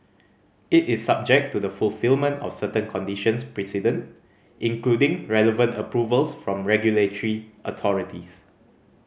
it is subject to the fulfilment of certain conditions precedent including relevant approvals from regulatory authorities